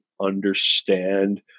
understand